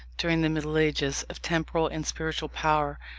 during the middle ages, of temporal and spiritual power,